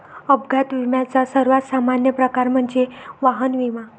अपघात विम्याचा सर्वात सामान्य प्रकार म्हणजे वाहन विमा